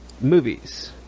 movies